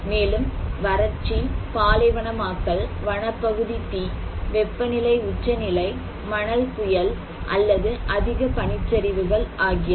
மேலும் வறட்சி பாலைவனமாக்கல் வனப்பகுதி தீ வெப்பநிலை உச்சநிலை மணல் புயல் அல்லது அதிக பனிச்சரிவுகள் ஆகியவை